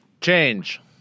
Change